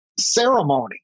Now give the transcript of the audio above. ceremony